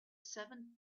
seven